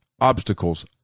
obstacles